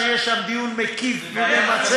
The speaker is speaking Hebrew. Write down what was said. שיהיה שם דיון מקיף וממצה,